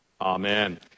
amen